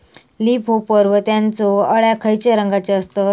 Leaf hopper व त्यानचो अळ्या खैचे रंगाचे असतत?